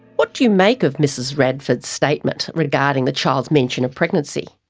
what do you make of ms radford's statement regarding the child's mention of pregnancy?